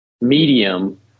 medium